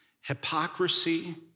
hypocrisy